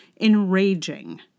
enraging